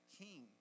king